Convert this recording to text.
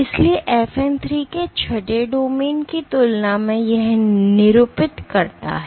इसलिए FN 3 के छठे डोमेन की तुलना में यह निरूपित करता है